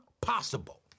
possible